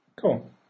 Cool